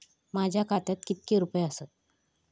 माझ्या खात्यात कितके रुपये आसत?